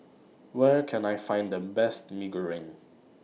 Where Can I Find The Best Mee Goreng